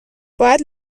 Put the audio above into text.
باید